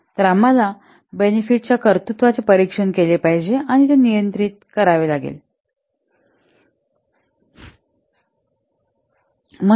तर आम्हाला बेनेफिट च्या कर्तृत्वाचे परीक्षण केले पाहिजे आणि ते नियंत्रित करावे लागेल